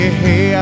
hey